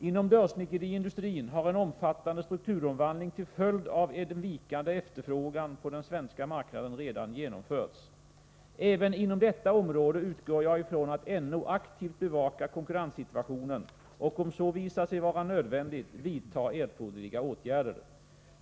Inom dörrsnickeriindustrin har en omfattande strukturomvandling till följd av den vikande efterfrågan på den svenska marknaden redan genomförts. Även inom detta område utgår jag ifrån att NO aktivt bevakar konkurrenssituationen och om så visar sig vara nödvändigt, vidtar erforderliga åtgärder.